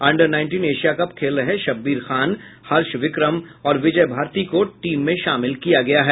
under nineteen Asia cup खेल रहे शब्बीर खान हर्ष विक्रम और विजय भारती को टीम में शामिल किया गया है